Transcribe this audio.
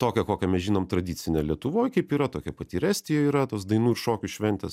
tokią kokią mes žinom tradicinę lietuvoj kaip yra tokia pati ir estijoj yra tos dainų ir šokių šventės